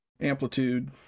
Amplitude